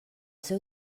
seu